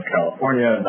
California